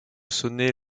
sonner